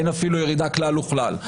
אין אפילו ירידה כלל וכלל.